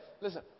listen